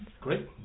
Great